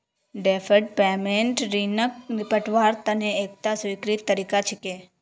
deferred payment ऋणक निपटव्वार तने एकता स्वीकृत तरीका छिके